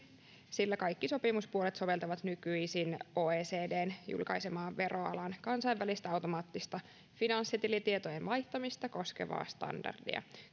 sillä kaikki sopimuspuolet soveltavat nykyisin oecdn julkaisemaa veroalan kansainvälistä automaattista finanssitilitietojen vaihtamista koskevaa standardia